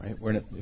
right